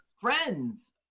friends